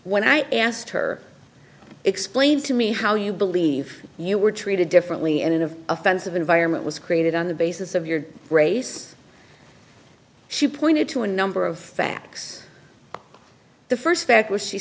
when i asked her explained to me how you believe you were treated differently in of offensive environment was created on the basis of your race she pointed to a number of facts the first fact was she